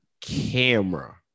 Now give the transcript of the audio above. camera